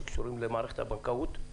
שקשורים למערכת הבנקאות,